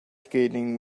skating